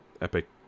epic